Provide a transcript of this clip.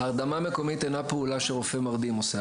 הרדמה מקומית אינה פעולה שרופא מרדים עושה.